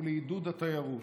ולעידוד התיירות.